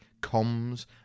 comms